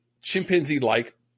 chimpanzee-like